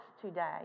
today